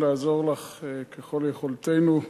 עשר דקות.